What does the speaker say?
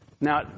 Now